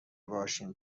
باشیم